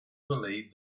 believed